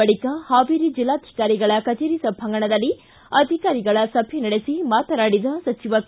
ಬಳಿಕ ಹಾವೇರಿ ಜಿಲ್ಲಾಧಿಕಾರಿಗಳ ಕಜೇರಿ ಸಭಾಂಗಣದಲ್ಲಿ ಅಧಿಕಾರಿಗಳ ಸಭೆ ನಡೆಸಿ ಮಾತನಾಡಿದ ಸಚಿವ ಕೆ